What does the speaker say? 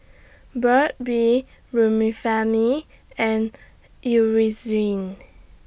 Burt's Bee Remifemin and Eucerin